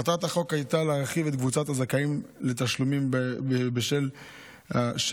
מטרת החוק הייתה להרחיב את קבוצת הזכאים לתשלומים בשל שבוי,